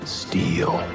steel